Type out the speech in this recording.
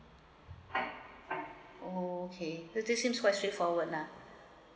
orh okay this this seems quite straightforward lah